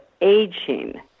aging